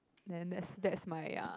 then that's that's my uh